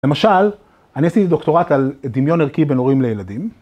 למשל, אני עשיתי דוקטורט על דמיון ערכי בין הורים לילדים